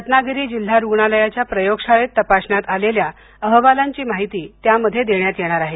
रत्नागिरी जिल्हा रुग्णालयाच्या प्रयोगशाळेत तपासण्यात आलेल्या अहवालांची माहिती त्यामध्ये देण्यात येणार आहे